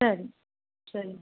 சரி சரி